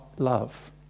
Love